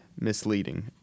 misleading